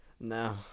No